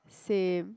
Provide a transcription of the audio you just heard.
same